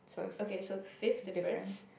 okay so fifth difference